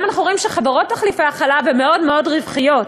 אנחנו גם רואים שחברות תחליפי החלב הן מאוד מאוד רווחיות.